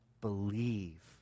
believe